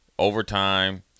Overtime